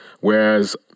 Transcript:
Whereas